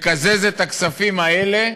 לקזז את הכספים האלה,